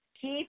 Keep